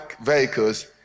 vehicles